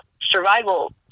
survival